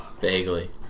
Vaguely